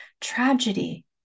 tragedy